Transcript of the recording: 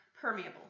permeable